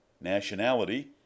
nationality